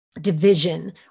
division